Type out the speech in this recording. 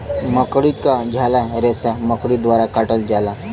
मकड़ी क झाला रेसा मकड़ी द्वारा काटल जाला